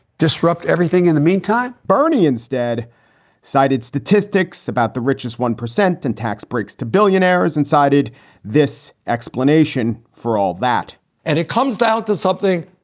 disrupt everything in the meantime? bernie instead cited statistics about the richest one percent and tax breaks to billionaires and cited this explanation for all that and it comes down to something,